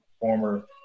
former